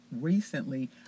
recently